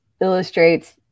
illustrates